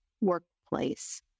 workplace